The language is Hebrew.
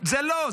זה לא.